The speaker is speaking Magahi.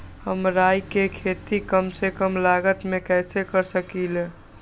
हम राई के खेती कम से कम लागत में कैसे कर सकली ह?